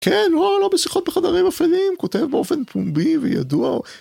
כן, וואלה, לא בשיחות בחדרים אפלים, כותב באופן פומבי וידוע.